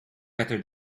better